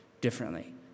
differently